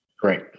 Great